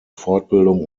fortbildung